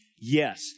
Yes